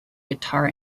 guitar